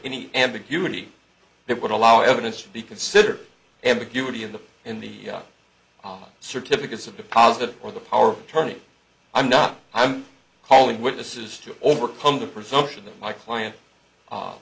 any ambiguity that would allow evidence to be considered ambiguity in the in the certificates of deposit or the power of attorney i'm not i'm calling witnesses to overcome the presumption that my client